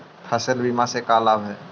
फसल बीमा से का लाभ है?